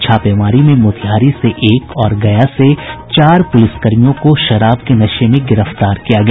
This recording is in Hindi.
छापेमारी में मोतिहारी से एक और गया से चार पुलिसकर्मियों को शराब के नशे में गिरफ्तार किया गया